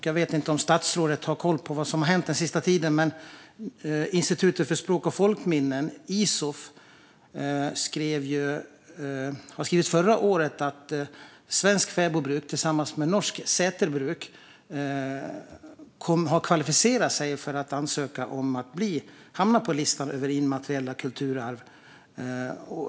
Jag vet inte om statsrådet har koll på vad som har hänt den senaste tiden, men Institutet för språk och folkminnen, Isof, skrev förra året att svenskt fäbodbruk tillsammans med norskt säterbruk har kvalificerat sig för att ansöka om att hamna på listan över immateriella kulturarv.